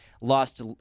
lost